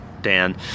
Dan